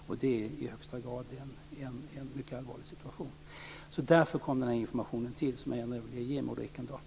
Det är i högsta grad en mycket allvarlig situation. Det är därför som denna information tillkom som jag gärna ville ge Maud Ekendahl.